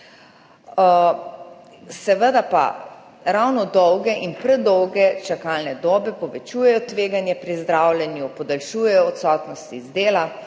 Seveda pa ravno dolge in predolge čakalne dobe povečujejo tveganje pri zdravljenju, podaljšujejo odsotnosti z dela,